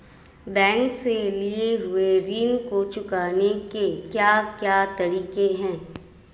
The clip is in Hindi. बैंक से लिए हुए ऋण को चुकाने के क्या क्या तरीके हैं?